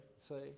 say